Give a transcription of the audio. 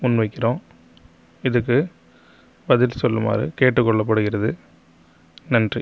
முன்வைக்கிறோம் இதற்கு பதில் சொல்லுமாறு கேட்டுக் கொள்ளப்படுகிறது நன்றி